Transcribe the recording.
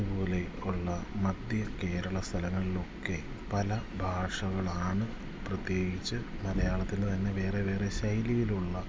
അതു പോലെ കൊള്ള മധ്യ കേരള സ്ഥലങ്ങളിലൊക്കെ പല ഭാഷകളാണ് പ്രത്യേകിച്ച് മലയാളത്തിൻ്റെ തന്നെ വേറെ വേറെ ശൈലിയിലുള്ള